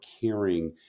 caring